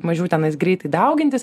mažiau tenais greitai daugintis